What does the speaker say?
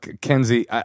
Kenzie